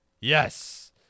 Yes